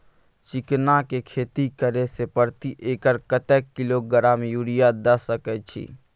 चिकना के खेती करे से प्रति एकर कतेक किलोग्राम यूरिया द सके छी?